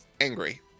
angry